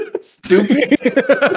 stupid